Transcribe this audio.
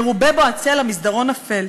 מרובה בו הצל, המסדרון אפל.